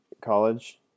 college